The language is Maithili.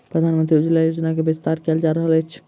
प्रधानमंत्री उज्ज्वला योजना के विस्तार कयल जा रहल अछि